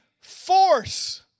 force